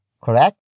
correct